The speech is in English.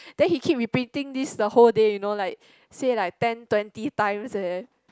then he keep repeating this the whole day you know like say like ten twenty times eh